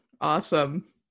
awesome